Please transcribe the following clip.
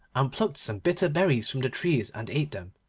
and plucked some bitter berries from the trees and ate them,